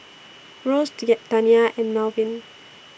Rose Dania and Malvin